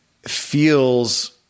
feels